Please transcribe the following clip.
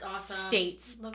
States